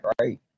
right